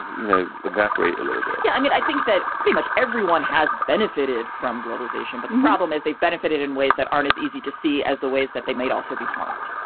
you know, evaporate a little bit yeah. i mean, i think that pretty much everyone has benefited from globalisation. but the problem is they've benefited in ways that aren't as easy to see as the ways that they might also be harmed.